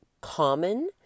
common